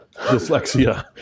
dyslexia